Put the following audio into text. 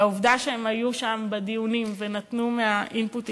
והעובדה שהם היו שם בדיונים ונתנו מהאינפוטים